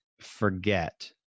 forget